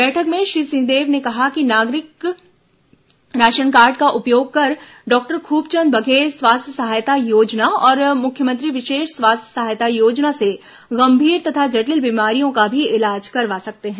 बैठक में श्री सिंहदेव ने कहा कि नागरिक राशन कार्ड का उपयोग कर डॉक्टर खूबचंद बघेल स्वास्थ्य सहायता योजना और मुख्यमंत्री विशेष स्वास्थ्य सहायता योजना से गंभीर तथा जटिल बीमारियों का भी इलाज करवा सकते हैं